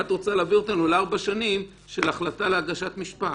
ואת רוצה להעביר אותנו ל-4 שנים של ההחלטה להגשת משפט.